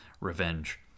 revenge